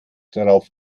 darauf